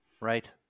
Right